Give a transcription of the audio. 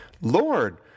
Lord